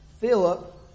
Philip